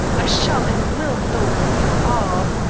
i shall and will know who you are.